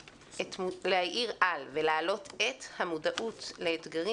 ולהאיר על ולהעלות את המודעות לאתגרים